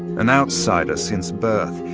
an outsider since birth,